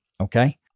Okay